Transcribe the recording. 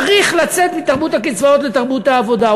צריך לצאת מתרבות הקצבאות לתרבות העבודה.